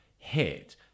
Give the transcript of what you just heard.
hit